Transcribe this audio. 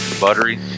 buttery